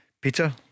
Peter